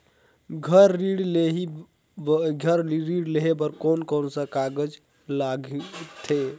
घर ऋण लेहे बार कोन कोन सा कागज लगथे?